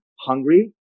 hungry